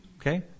Okay